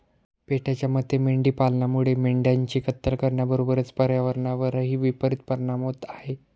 पेटाच्या मते मेंढी पालनामुळे मेंढ्यांची कत्तल करण्याबरोबरच पर्यावरणावरही विपरित परिणाम होत आहे